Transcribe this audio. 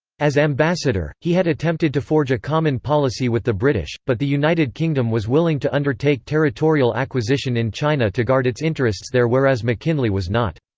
as ambassador, he had attempted to forge a common policy with the british, but the united kingdom was willing to undertake territorial acquisition in china to guard its interests there whereas mckinley was not.